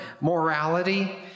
morality